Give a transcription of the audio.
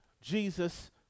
Jesus